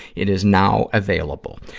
it is now available.